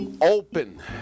open